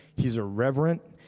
he's irreverent,